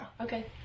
Okay